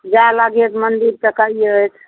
जाए लागिहथि मन्दिर तऽ कहिहथि